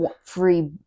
free